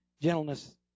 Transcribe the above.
gentleness